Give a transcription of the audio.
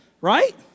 right